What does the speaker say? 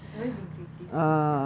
she's always been creative since young